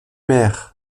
maire